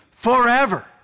forever